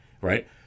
right